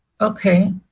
Okay